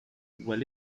well